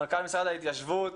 מנכ"ל משרד ההתיישבות.